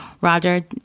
Roger